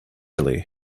clearly